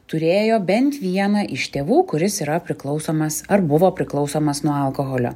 turėjo bent vieną iš tėvų kuris yra priklausomas ar buvo priklausomas nuo alkoholio